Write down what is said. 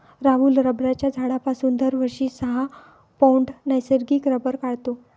राहुल रबराच्या झाडापासून दरवर्षी सहा पौंड नैसर्गिक रबर काढतो